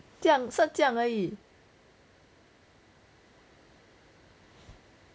这样是这样而已